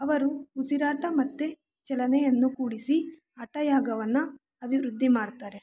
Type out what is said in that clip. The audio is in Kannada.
ಅವರು ಉಸಿರಾಟ ಮತ್ತೆ ಚಲನೆಯನ್ನು ಕೂಡಿಸಿ ಹಠಯೋಗವನ್ನ ಅಭಿವೃದ್ಧಿ ಮಾಡ್ತಾರೆ